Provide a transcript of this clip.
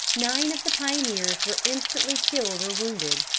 nine of the pioneers were instantly killed or wounded.